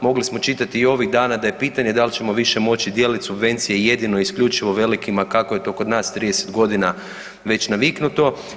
Mogli smo čitati i ovih dana da je pitanje da li ćemo više moći dijeliti subvencije jedino i isključivo velikima kako je to kod nas 30 godina već naviknuto.